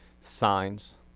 signs